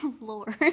Lord